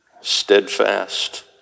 steadfast